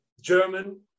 German